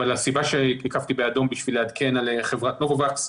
הסיבה שהקפתי באדום בשביל לעדכן על חברת נובהווקס,